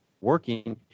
working